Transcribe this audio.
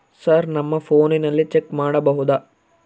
Sir ನಮ್ಮ ಫೋನಿನಲ್ಲಿ check ಮಾಡಬಹುದಾ?